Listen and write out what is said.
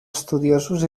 estudiosos